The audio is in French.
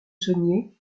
saunier